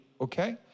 Okay